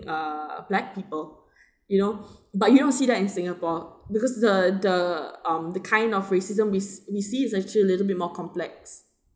uh black people you know but you don't see that in singapore because the the um the kind of racism is we see it's actually a little bit more complex